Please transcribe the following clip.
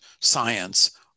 science